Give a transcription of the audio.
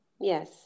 Yes